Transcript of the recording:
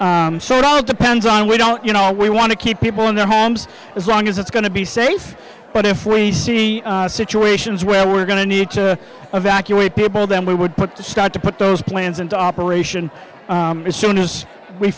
agency depends on we don't you know we want to keep people in their homes as long as it's going to be safe but if we see situations where we're going to need to evacuate people then we would put to start to put those plans into operation as soon as we